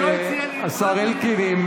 השר אלקין,